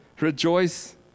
rejoice